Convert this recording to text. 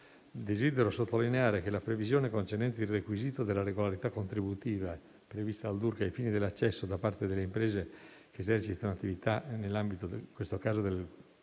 desidero sottolineare che la previsione concernente il requisito della regolarità contributiva prevista dal DURC ai fini dell'accesso, da parte delle imprese che esercitano attività nell'ambito dello